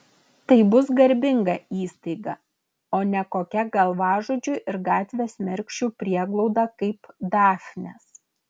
tai bus garbinga įstaiga o ne kokia galvažudžių ir gatvės mergšių prieglauda kaip dafnės